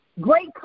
Great